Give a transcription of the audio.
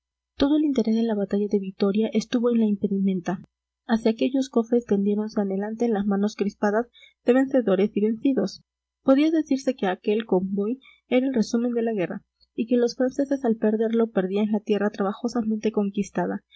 todo el interés de la batalla de vitoria estuvo en la impedimenta hacia aquellos cofres tendiéronse anhelantes las manos crispadas de vencedores y vencidos podía decirse que aquel convoy era el resumen de la guerra y que los franceses al perderlo perdían la tierra trabajosamente conquistada